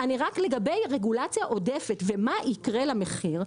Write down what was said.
לגבי רגולציה עודפת ומה יקרה למחיר,